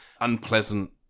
unpleasant